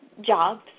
jobs